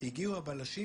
אז אני רוצה להבהיר,